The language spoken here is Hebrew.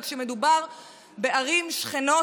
כאשר מדובר בערים שכנות,